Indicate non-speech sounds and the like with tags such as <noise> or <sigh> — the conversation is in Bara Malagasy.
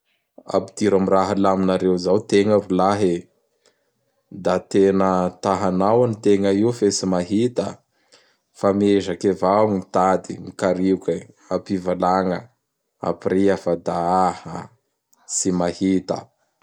<noise> Apidiro am raha alaminareo zao tegna rolahy e! Da tena ta hanao an tegna io fe tsy mahita. <noise> Fa miezaky avao mitady mikarioky apivalagna apriha fe da aha! Tsy mahita.